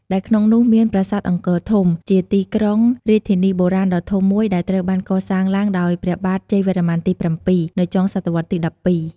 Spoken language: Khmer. ដែលក្នុងនោះមាន ប្រាសាទអង្គរធំ ជាទីក្រុងរាជធានីបុរាណដ៏ធំមួយដែលត្រូវបានកសាងឡើងដោយព្រះបាទជ័យវរ្ម័នទី ៧ នៅចុងសតវត្សរ៍ទី ១២ ។